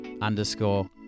underscore